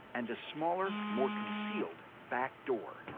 and a smaller, more concealed back door,